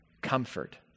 comfort